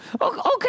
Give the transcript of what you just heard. Okay